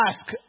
ask